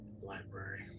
library